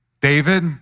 David